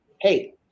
Hey